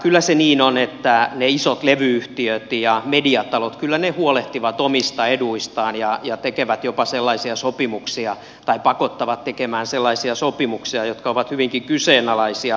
kyllä se niin on että ne isot levy yhtiöt ja mediatalot huolehtivat omista eduistaan ja tekevät jopa sellaisia sopimuksia tai pakottavat tekemään sellaisia sopimuksia jotka ovat hyvinkin kyseenalaisia